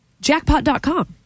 Jackpot.com